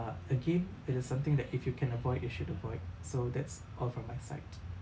uh again it is something that if you can avoid you should avoid so that's all from my side